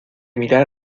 mirar